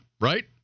Right